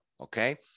Okay